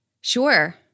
Sure